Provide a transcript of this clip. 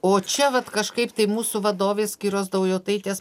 o čia vat kažkaip tai mūsų vadovės kiros daujotaitės